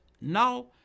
now